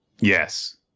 Yes